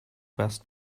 best